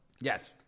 Yes